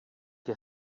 que